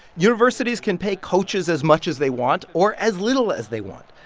universities can pay coaches as much as they want or as little as they want.